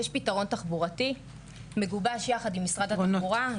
יש פתרון תחבורתי מגובש יחד עם משרד התחבורה,